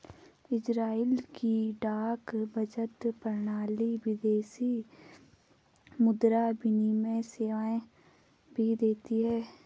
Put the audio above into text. Israel की डाक बचत प्रणाली विदेशी मुद्रा विनिमय सेवाएं भी देती है